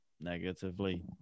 negatively